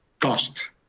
Cost